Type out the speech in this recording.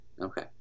okay